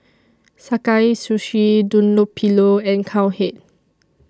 Sakae Sushi Dunlopillo and Cowhead